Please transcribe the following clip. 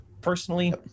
personally